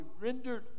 rendered